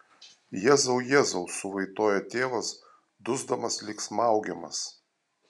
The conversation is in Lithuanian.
jėzau jėzau suvaitoja tėvas dusdamas lyg smaugiamas